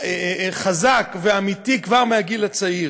חזק ואמיתי כבר מהגיל הצעיר.